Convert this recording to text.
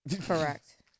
correct